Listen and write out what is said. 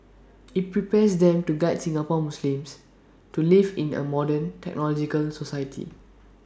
IT prepares them to guide Singapore Muslims to live in A modern technological society